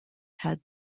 had